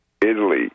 italy